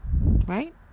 Right